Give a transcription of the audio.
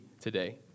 today